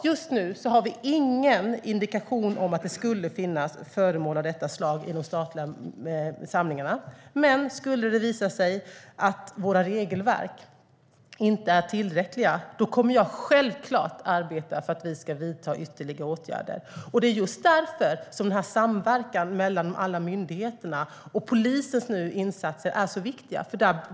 Just nu har vi ingen indikation på att det skulle finnas föremål av detta slag i våra statliga samlingar. Men skulle det visa sig att våra regelverk inte är tillräckliga kommer jag självklart att arbeta för att vi ska vidta ytterligare åtgärder. Det är just därför som denna samverkan mellan alla myndigheter och polisens insatser är så viktiga.